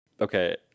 Okay